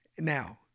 Now